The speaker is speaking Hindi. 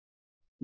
यह 19000 है